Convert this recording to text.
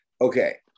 Okay